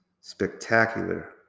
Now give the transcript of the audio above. spectacular